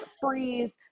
freeze